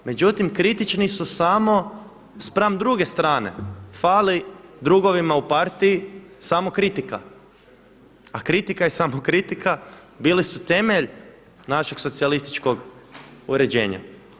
Međutim kritični su samo spram druge strane, fali drugovima u partiji samokritika, a kritika i samokritika bili su temelj našeg socijalističkog uređenja.